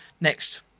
next